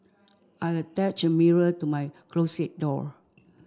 I attached a mirror to my closet door